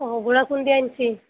অঁ গুড়া খুন্দি আন্ছি